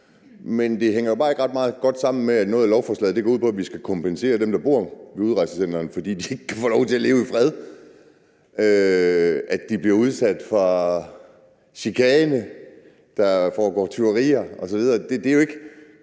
Det hænger bare ikke ret godt sammen med, at noget af lovforslaget går ud på, at vi skal kompensere dem, der bor ved udrejsecentrene, fordi de ikke kan få lov til at leve i fred, og fordi de bliver udsat for chikane og der foregår tyverier osv.